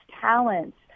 talents